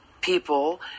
people